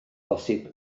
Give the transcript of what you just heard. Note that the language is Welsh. posib